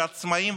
שהעצמאים,